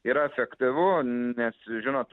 yra efektyvu nes žinot